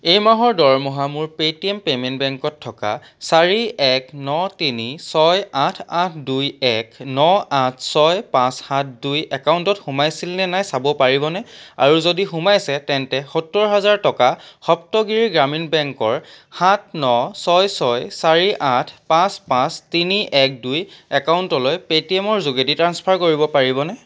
এই মাহৰ দৰমহা মোৰ পে'টিএম পে'মেণ্ট বেংকত থকা চাৰি এক ন তিনি ছয় আঠ আঠ দুই এক ন আঠ ছয় পাঁচ সাত দুই একাউণ্টত সোমাইছিলনে নাই চাব পাৰিবনে আৰু যদি সোমাইছে তেন্তে সত্তৰ হাজাৰ টকা সপ্তগিৰি গ্ৰামীণ বেংকৰ সাত ন ছয় ছয় চাৰি আঠ পাঁচ পাঁচ তিনি এক দুই একাউণ্টলৈ পে'টিএমৰ যোগেদি ট্ৰাঞ্চফাৰ কৰিব পাৰিবনে